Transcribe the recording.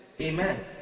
Amen